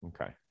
Okay